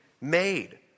made